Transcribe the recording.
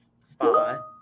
SPA